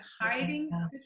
hiding